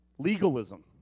legalism